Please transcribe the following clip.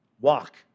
Walk